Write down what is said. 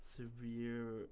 Severe